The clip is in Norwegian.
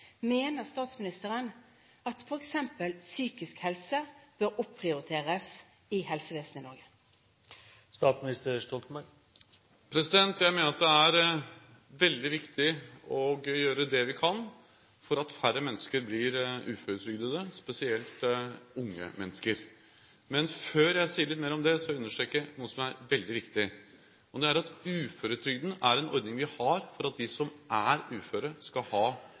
at f.eks. psykisk helse bør opprioriteres i helsevesenet i Norge? Jeg mener det er veldig viktig å gjøre det vi kan for at færre mennesker blir uføretrygdet, spesielt unge mennesker. Men før jeg sier litt mer om det, understreker jeg noe som er veldig viktig: Uføretrygden er en ordning vi har for at de som er uføre, skal ha